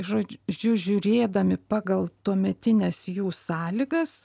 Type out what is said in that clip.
žodžiu žiūrėdami pagal tuometines jų sąlygas